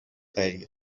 غریق